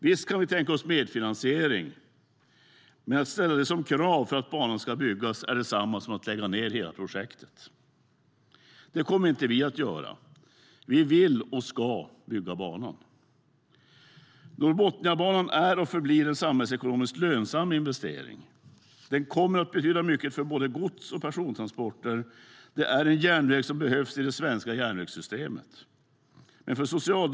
Visst kan vi tänka oss medfinansiering, men att ställa det som krav för att banan ska byggas är detsamma som att lägga ned hela projektet. Det kommer inte vi att göra. Vi vill och ska bygga banan. Norrbotniabanan är och förblir en samhällsekonomiskt lönsam investering. Den kommer att betyda mycket för både gods och persontransporter. Det är en järnväg som behövs i det svenska järnvägssystemet.